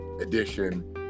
edition